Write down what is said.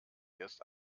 erst